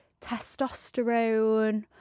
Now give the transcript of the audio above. testosterone